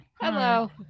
Hello